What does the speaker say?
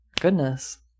Goodness